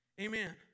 Amen